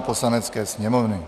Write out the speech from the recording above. Poslanecké sněmovny